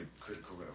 Critical